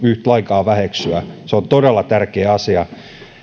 lainkaan väheksyä se on todella tärkeä asia